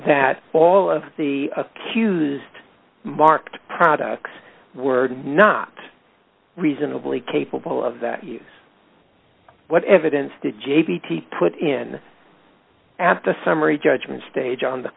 that all of the accused marked products were not reasonably capable of that use what evidence did j b t put in at the summary judgment stage on t